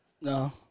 No